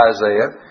Isaiah